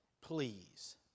Please